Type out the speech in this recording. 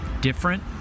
different